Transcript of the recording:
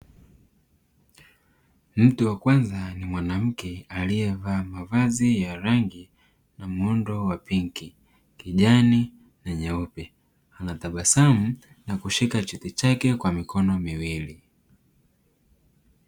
Mtu wa kwanza ni mwanamke aliyevaa mavazi ya rangi na muundo wa pinki, kijani, na nyeupe anatabasamu na kushika cheti chake kwa mikono miwili.